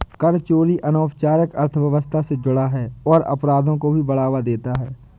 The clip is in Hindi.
कर चोरी अनौपचारिक अर्थव्यवस्था से जुड़ा है और अपराधों को भी बढ़ावा देता है